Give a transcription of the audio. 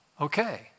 Okay